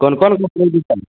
कोन कोन कम्पनीके जुत्ता लेबै